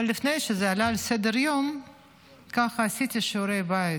אבל לפני שזה עלה על סדר-היום עשיתי שיעורי בית.